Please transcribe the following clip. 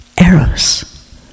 eros